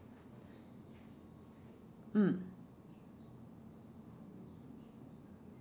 mm